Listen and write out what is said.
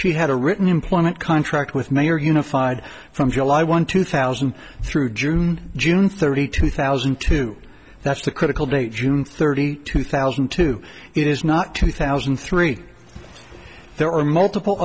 she had a written employment contract with mayor unified from july one two thousand through june june thirtieth two thousand to that's the critical date june thirty two thousand and two it is not two thousand and three there are multiple